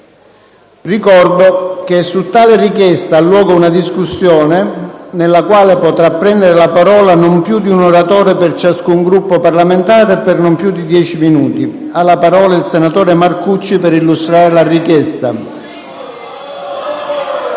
Ricordo che su tale richiesta ha luogo una discussione nella quale potrà prendere la parola non più di un oratore per ciascun Gruppo parlamentare e per non più di dieci minuti. Ha la parola il senatore Crimi per illustrare la richiesta.